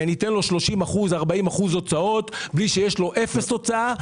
ואני אתן לו 30%-40% הוצאות בלי שיש לו איזו שהיא הוצאה.